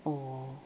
oh